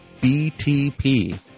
BTP